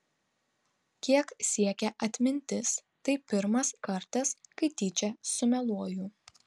kiek siekia atmintis tai pirmas kartas kai tyčia sumeluoju